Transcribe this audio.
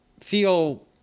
feel